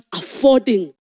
affording